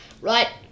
Right